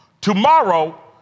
tomorrow